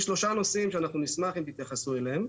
יש שלושה נושאים שנשמח אם תתייחסו אליהם.